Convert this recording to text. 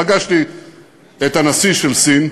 פגשתי את הנשיא של סין,